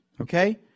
Okay